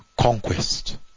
conquest